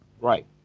Right